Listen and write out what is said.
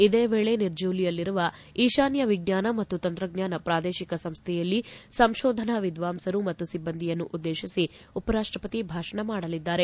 ಇದೇ ವೇಳೆ ನಿರ್ಜೂಲಿಯಲ್ಲಿರುವ ಈಶಾನ್ಯ ವಿಜ್ಞಾನ ಮತ್ತು ತಂತ್ರಜ್ಞಾನ ಪ್ರಾದೇಶಿಕ ಸಂಸ್ಥೆಯಲ್ಲಿ ಸಂಶೋಧನಾ ವಿದ್ವಾಂಸರು ಮತ್ತು ಸಿಬ್ಬಂದಿಯನ್ನು ಉದ್ದೇಶಿಸಿ ಉಪರಾಷ್ಟಪತಿ ಭಾಷಣ ಮಾಡಲಿದ್ದಾರೆ